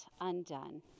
undone